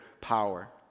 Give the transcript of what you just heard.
power